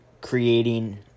creating